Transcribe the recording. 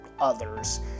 others